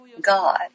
God